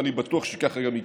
ואני בטוח שככה גם יקרה.